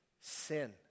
sin